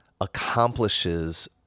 accomplishes